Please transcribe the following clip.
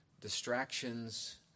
distractions